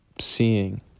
seeing